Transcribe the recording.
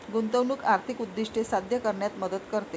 गुंतवणूक आर्थिक उद्दिष्टे साध्य करण्यात मदत करते